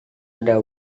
ada